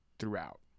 Throughout